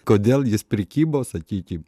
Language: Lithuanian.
kodėl jis prikibo sakykim